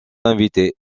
invitées